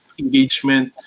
engagement